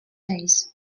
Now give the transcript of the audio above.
days